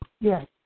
Yes